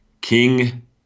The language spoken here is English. King